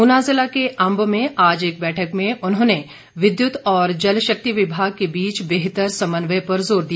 ऊना ज़िला के अंब में आज एक बैठक में उन्होंने विद्युत और जल शक्ति विभाग के बीच बेहतर समन्वय पर जोर दिया